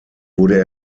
wurde